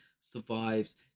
Survives